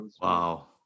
Wow